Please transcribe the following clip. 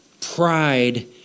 Pride